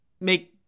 make